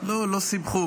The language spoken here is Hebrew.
לא, לא סיבכו.